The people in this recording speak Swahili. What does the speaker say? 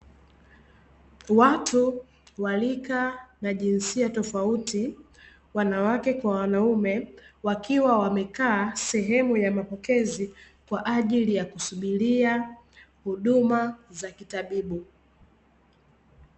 Watu wa rika na jinsia tofauti wanawake kwa wanaume, wakiwa wamekaa sehemu ya mapokezi kwa ajili ya kusubiria huduma za kitabibu.